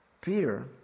Peter